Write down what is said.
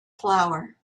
flower